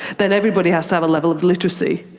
then everybody has to have a level of literacy.